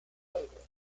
later